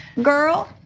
girl.